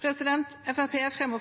fremmer